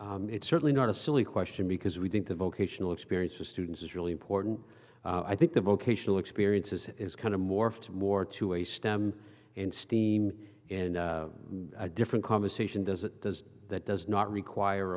question it's certainly not a silly question because we think the vocational experience of students is really important i think the vocational experiences is kind of morphed more to a stem and steam and a different conversation does it does that does not require